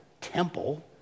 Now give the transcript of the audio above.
temple